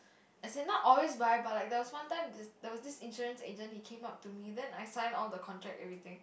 as in not always buy but like there was one time this there was this insurance agent he came up to me then I sign on the contract everything